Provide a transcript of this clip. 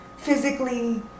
physically